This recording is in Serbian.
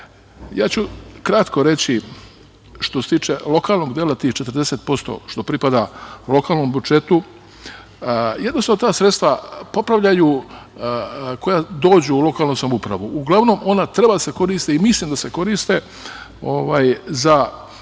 ću kratko reći što se tiče lokalnog dela tih 40% što pripada lokalnom budžetu, jednostavno ta sredstva popravljaju, koja dođu u lokalnu samoupravu, uglavnom ona treba da se koriste i mislim da se koriste za